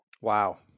Wow